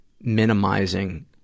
minimizing